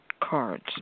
cards